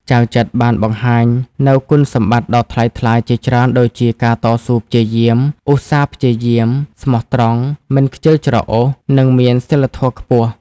ចៅចិត្របានបង្ហាញនូវគុណសម្បត្តិដ៏ថ្លៃថ្លាជាច្រើនដូចជាការតស៊ូព្យាយាម ឧស្សាហ៍ព្យាយាម ស្មោះត្រង់ មិនខ្ជិលច្រអូស និងមានសីលធម៌ខ្ពស់។